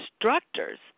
instructors